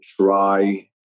try